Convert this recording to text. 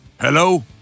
Hello